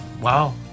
Wow